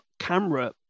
camera